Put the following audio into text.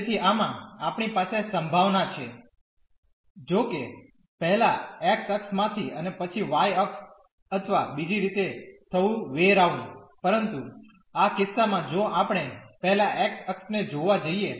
તેથી આમાં આપણી પાસે સંભાવના છે જોકે પહેલા x અક્ષ માંથી અને પછી y અક્ષ અથવા બીજી રીતે થવું વે રાઉન્ડ પરંતુ આ કિસ્સામાં જો આપણે પહેલા x અક્ષને જોવા જઈએ